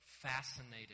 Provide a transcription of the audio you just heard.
fascinated